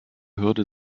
hürde